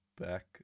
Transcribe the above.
back